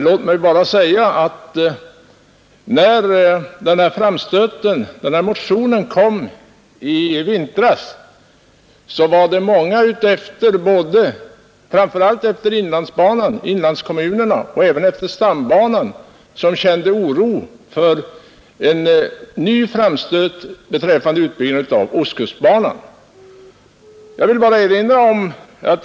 Låt mig säga att när motionen avlämnades i vintras var det många, framför allt i inlandskommunerna utefter inlandsbanan och även efter stambanan, som kände oro för en ny framstöt beträffande en utbyggnad av ostkustbanan.